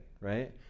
right